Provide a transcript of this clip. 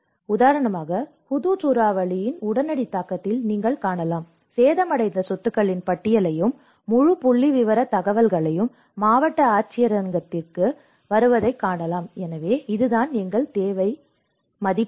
உதாரணமாக ஹுதுத் சூறாவளியின் உடனடி தாக்கத்தில் நீங்கள் காணலாம் சேதமடைந்த சொத்துக்களின் பட்டியலையும் முழு புள்ளிவிவர தகவல்களும் மாவட்ட ஆட்சியரங்கத்திற்கு வருவதைக் காணலாம் எனவே இதுதான் எங்கள் தேவைகள் மதிப்பீடு